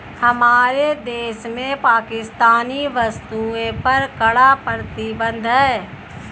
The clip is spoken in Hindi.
हमारे देश में पाकिस्तानी वस्तुएं पर कड़ा प्रतिबंध हैं